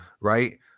right